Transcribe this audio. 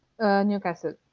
Newcastle